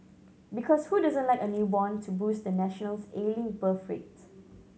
because who doesn't like a newborn to boost the nation's ailing birth rate